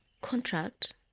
contract